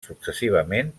successivament